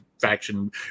faction